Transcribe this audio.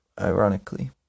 ironically